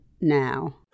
now